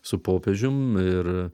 su popiežium ir